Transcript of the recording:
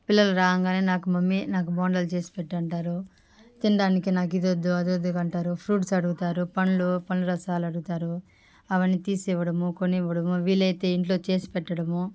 పిల్లలు రాగానే నాకు మమ్మి నాకు బోండాలు చేసిపెట్టు అంటారు తిండానికి నాకు ఇదొద్దు అదొద్దు ఇక అంటారు ఫ్రూట్స్ అడుగుతారు పండ్లు పండ్ల రసాలు అడుగుతారు అవన్నీ తీసివ్వడము కొనివ్వడము వీలైతే ఇంట్లో చేసిపెట్టడము